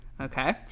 Okay